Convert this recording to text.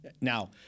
Now